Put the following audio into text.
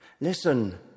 Listen